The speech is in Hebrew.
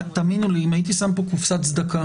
תאמינו לי, אם הייתי שם פה קופסת צדקה